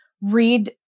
read